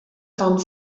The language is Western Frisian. fan